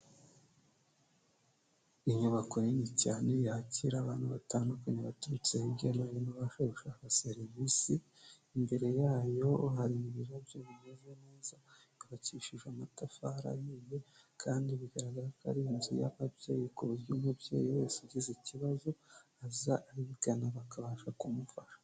Inyubako nini cyane yakira abantu batandukanye baturutse hirya no hino baje gushaka serivisi imbere yayo hari ibirabyo bimeze neza yubakishije amatafari ahiye kandi bigaragara ko ari inzu y'ababyeyi ku buryo umubyeyi wese ugize ikibazo aza abigana bakabasha kumufasha.